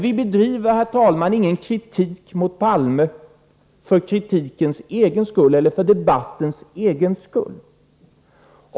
Vi bedriver ingen kritik mot herr Palme för kritikens eller debattens egen skull.